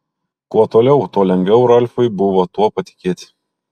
kuo toliau tuo lengviau ralfui buvo tuo patikėti